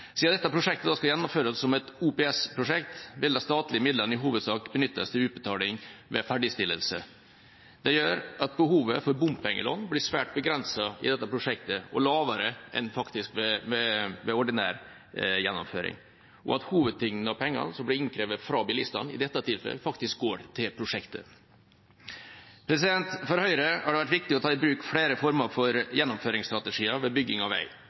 dette prosjektet skal gjennomføres som et OPS-prosjekt, vil de statlige midlene i hovedsak benyttes til utbetaling ved ferdigstillelse. Det gjør at behovet for bompengelån blir svært begrenset i dette prosjektet, faktisk lavere enn ved ordinær gjennomføring, og at hovedtyngden av pengene som blir innkrevd fra bilistene, i dette tilfellet faktisk går til prosjektet. For Høyre har det vært viktig å ta i bruk flere former for gjennomføringsstrategier ved bygging av vei.